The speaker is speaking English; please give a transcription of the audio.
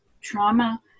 trauma